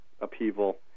upheaval